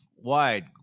wide